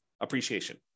appreciation